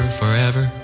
forever